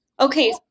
Okay